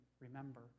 remember